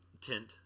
Tint